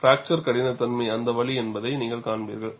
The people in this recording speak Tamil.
பிராக்சர் கடினத்தன்மை அந்த வழி என்பதை நீங்கள் காண்பீர்கள்